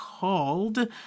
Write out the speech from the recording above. called